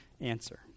answer